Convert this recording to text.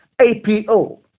A-P-O